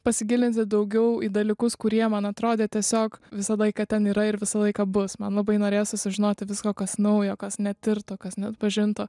pasigilinti daugiau į dalykus kurie man atrodė tiesiog visą laiką ten yra ir visą laiką bus man labai norėjosi sužinoti visko kas naujo kas netirto kas neatpažinto